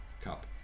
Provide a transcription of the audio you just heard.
Cup